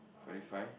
forty five